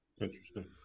Interesting